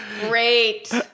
Great